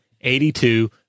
Eighty-two